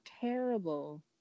terrible